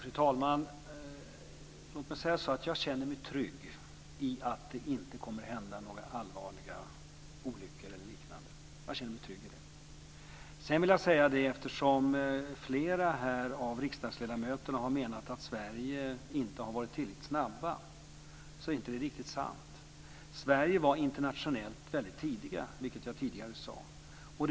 Fru talman! Jag känner mig trygg i att det inte kommer att hända några allvarliga olyckor eller liknande. Jag känner mig trygg i det. Sedan har flera av riksdagsledamöterna menat att vi i Sverige inte har varit tillräckligt snabba. Det är inte riktigt sant. Sverige var internationellt väldigt tidigt ute, vilket jag tidigare sade.